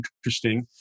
interesting